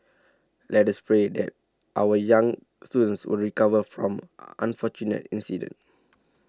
let us pray that our young students will recover from unfortunate incident